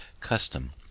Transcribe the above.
custom